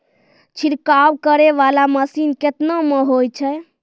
छिड़काव करै वाला मसीन केतना मे होय छै?